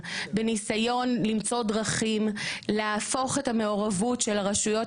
בניסיון למצוא דרכים להפוך את המעורבות של הרשויות